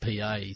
pa